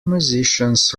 musicians